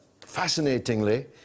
fascinatingly